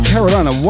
Carolina